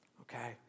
Okay